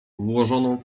włożoną